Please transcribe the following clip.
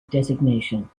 designation